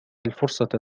الفرصة